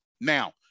Now